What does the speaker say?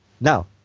Now